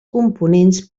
components